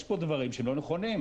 יש פה דברים שהם לא נכונים.